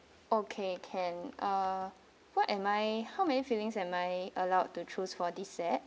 okay can uh what am I how many filings am I allowed to choose for this set